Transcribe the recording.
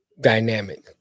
dynamic